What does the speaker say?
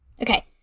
okay